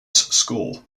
score